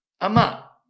Ama